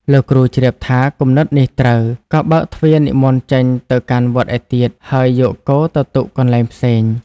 លោកគ្រូជ្រាបថា "គំនិតនេះត្រូវ" ក៏បើកទ្វារនិមន្តចេញទៅកាន់វត្តឯទៀត ហើយយកគោទៅទុកកន្លែងផ្សេង។